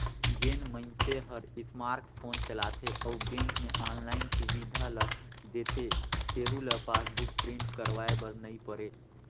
जेन मइनसे हर स्मार्ट फोन चलाथे अउ बेंक मे आनलाईन सुबिधा ल देथे तेहू ल पासबुक प्रिंट करवाये बर नई परे